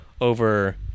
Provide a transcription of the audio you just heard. over